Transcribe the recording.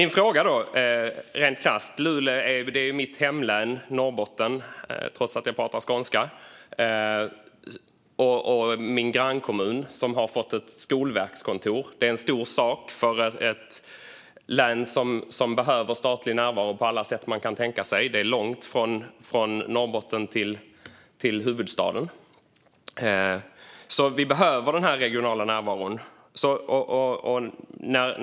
Norrbotten är mitt hemlän - trots att jag pratar skånska -, och att min grannkommun Luleå har fått ett Skolverkskontor är en stor sak i ett län som behöver statlig närvaro på alla sätt man kan tänka sig. Det är långt från Norrbotten till huvudstaden. Vi behöver den regionala närvaron.